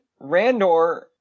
Randor